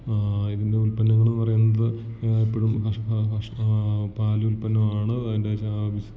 ഇതിൻ്റെ ഉൽപ്പന്നങ്ങൾ പറയുന്നത് എപ്പഴും പാലുൽപ്പന്നമാണ് അതിൻ്റെ